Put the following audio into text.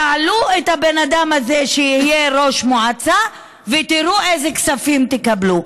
תעלו את הבן אדם הזה שיהיה ראש מועצה ותראו איזה כספים תקבלו.